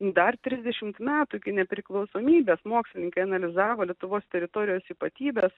dar trisdešimt metų kai nepriklausomybės mokslininkai analizavo lietuvos teritorijos ypatybes